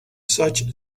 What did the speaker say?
such